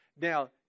Now